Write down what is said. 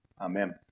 Amen